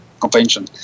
convention